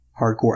Hardcore